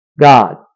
God